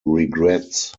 regrets